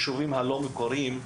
הלא מוכרים.